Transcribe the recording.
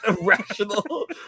irrational